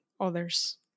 others